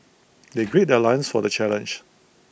they gird their loins for the challenge